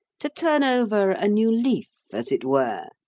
to turn over a new leaf, as it were,